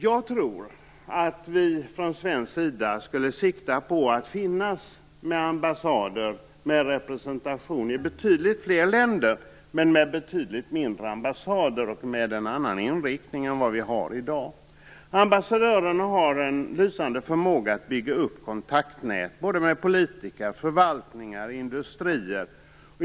Jag tror att vi från svensk sida borde sikta på att finnas med ambassader och med representation i betydligt fler länder, men med betydligt mindre ambassader och med en annan inriktning än vi har i dag. Ambassadörerna har en lysande förmåga att bygga upp kontaktnät med politiker, förvaltningar och industrier.